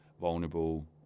vulnerable